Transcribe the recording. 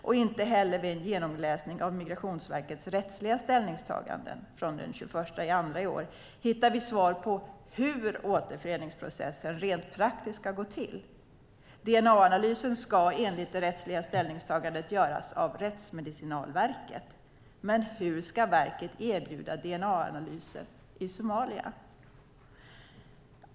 Och inte heller vid en genomläsning av Migrationsverkets rättsliga ställningstagande från den 21 februari i år hittar vi svar på hur återföreningsprocessen rent praktiskt ska gå till. Dna-analysen ska enligt det rättsliga ställningstagandet göras av Rättsmedicinalverket. Men hur ska verket erbjuda dna-analyser i Somalia?